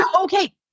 Okay